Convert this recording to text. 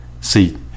see